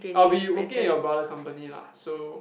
I'll be working at your brother company lah so